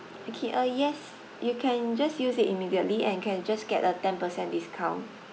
okay uh yes you can just use it immediately and can just get a ten percent discount